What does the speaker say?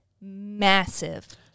massive